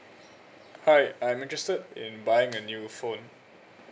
hi I'm interested in buying a new phone